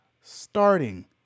starting